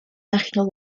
national